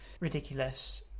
ridiculous